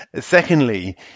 Secondly